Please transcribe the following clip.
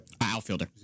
Outfielder